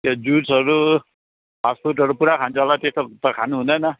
त्यो जुसहरू फास्ट फुडहरू पुरा खान्छ होला त्यो सब त खानु हुँदैन